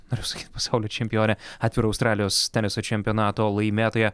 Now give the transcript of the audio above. norėjau sakyt pasaulio čempionė atviro australijos teniso čempionato laimėtoja